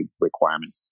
requirement